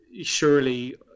surely